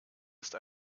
ist